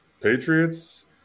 Patriots